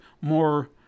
more